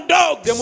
dogs